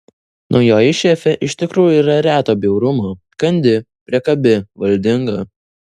naujoji šefė iš tikrųjų yra reto bjaurumo kandi priekabi valdinga